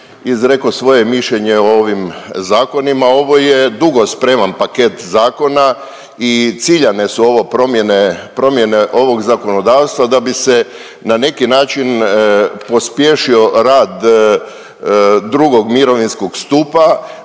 izrekao svoje mišljenje o ovim zakonima. Ovo je dugo spreman paket zakona i ciljane su ovo promjene ovog zakonodavstva, da bi se na neki način pospješio rad drugog mirovinskog stupa,